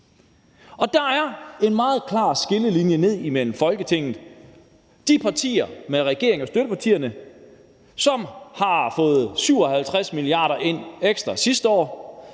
Der går en meget klar skillelinje ned gennem Folketinget. Der er de partier – regeringen og støttepartierne – som har fået 57 mia. kr. ind ekstra sidste år.